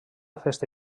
festa